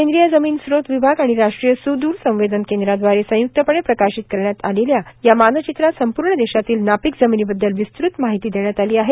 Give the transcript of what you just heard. केंद्रीय जमीन स्त्रोत विभाग आणि राष्ट्रीय सुदूर संवेदन केंद्राद्वारे संयुक्तपणे प्रकाशित करण्यात आलेल्या या मानचित्रात संपूर्ण देशातील नापीक जमिनीबद्दल विस्तृत माहिती देण्यात आली आहे